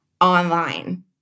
online